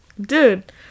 Dude